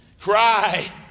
cry